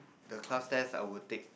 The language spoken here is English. the class test I would take